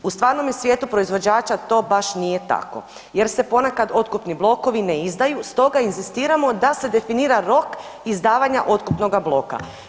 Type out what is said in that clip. U stvarnome svijetu proizvođača to baš nije tako jer se ponekad otkupni blokovi ne izdaju, stoga inzistiramo da se definira rok izdavanja otkupnoga bloka.